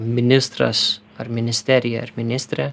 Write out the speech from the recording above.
ministras ar ministerija ar ministrė